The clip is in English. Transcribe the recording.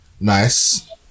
Nice